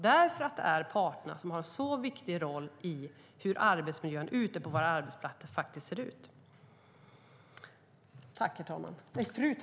Parterna har nämligen en viktig roll i hur arbetsmiljön ute på våra arbetsplatser faktiskt ser ut.